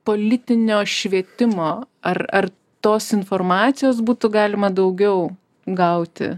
politinio švietimo ar ar tos informacijos būtų galima daugiau gauti